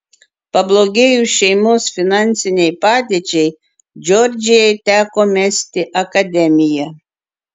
pablogėjus šeimos finansinei padėčiai džordžijai teko mesti akademiją